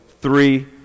three